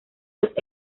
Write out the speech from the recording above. los